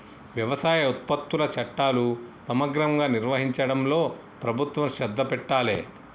వ్యవసాయ ఉత్పత్తుల చట్టాలు సమగ్రంగా నిర్వహించడంలో ప్రభుత్వం శ్రద్ధ పెట్టాలె